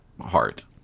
heart